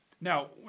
Now